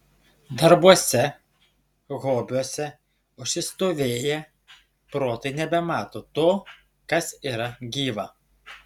darbuose hobiuose užsistovėję protai nebemato to kas yra gyva